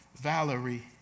Valerie